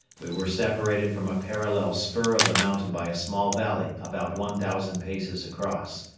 we were separated from a parallel spur of the mountain by a small valley about one thousand paces across.